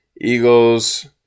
Eagles